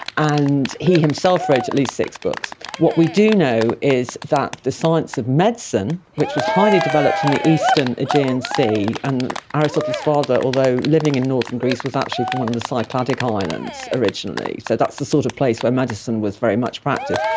and he himself wrote at least six books. what we do know is that the science of medicine, which was highly developed in the eastern aegean sea, and aristotle's father, although living in northern greece, was actually from one of the cycladic um islands originally, so that's the sort of place where medicine was very much practised.